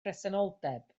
presenoldeb